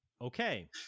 Okay